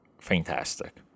fantastic